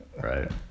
Right